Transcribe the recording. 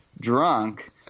Drunk